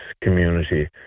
community